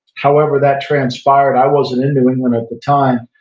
however that transpired, i wasn't in new england at the time,